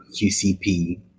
QCP